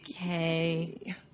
okay